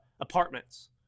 apartments